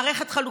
מערכת חלופית,